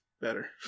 better